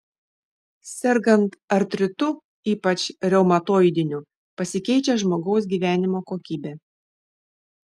sergant artritu ypač reumatoidiniu pasikeičia žmogaus gyvenimo kokybė